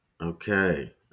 okay